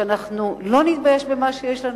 שאנחנו לא נתבייש במה שיש לנו,